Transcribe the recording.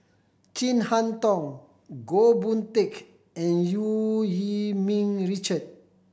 Chin Harn Tong Goh Boon Teck and Eu Yee Ming Richard